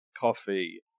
coffee